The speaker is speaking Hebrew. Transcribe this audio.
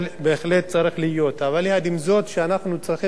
אבל יחד עם זאת אנחנו צריכים גם לדעת, אני כאזרח,